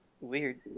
weird